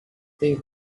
they